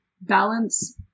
balance